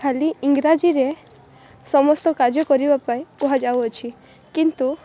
ଖାଲି ଇଂରାଜୀରେ ସମସ୍ତ କାର୍ଯ୍ୟ କରିବା ପାଇଁ କୁହାଯାଉଅଛି କିନ୍ତୁ